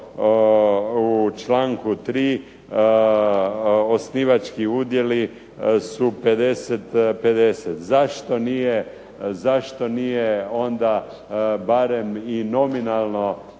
u članku 3. osnivački udjeli su 50/50? Zašto nije onda barem i nominalno